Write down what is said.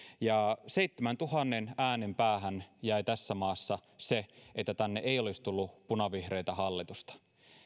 seitsemäntuhannen äänen päähän jäi tässä maassa se että tänne ei olisi tullut punavihreää hallitusta